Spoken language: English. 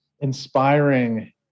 inspiring